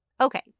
Okay